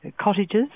cottages